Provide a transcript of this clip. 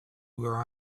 where